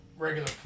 regular